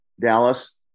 Dallas